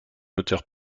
auteur